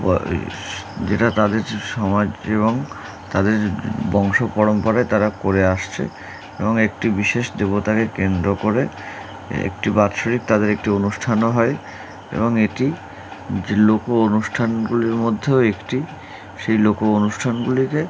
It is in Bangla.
যেটা তাদের সমাজ এবং তাদের বংশ পরম্পরায় তারা করে আসছে এবং একটি বিশেষ দেবতাকে কেন্দ্র করে একটি বাৎসরিক তাদের একটি অনুষ্ঠানও হয় এবং এটি যে লোক অনুষ্ঠানগুলির মধ্যেও একটি সেই লোক অনুষ্ঠানগুলিকে